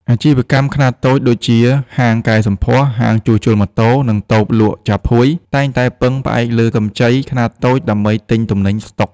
អាជីវកម្មខ្នាតតូចដូចជា ហាងកែសម្ផស្ស ហាងជួសជុលម៉ូតូ និងតូបលក់ចាប់ហួយ តែងតែពឹងផ្អែកលើកម្ចីខ្នាតតូចដើម្បីទិញទំនិញស្ដុក។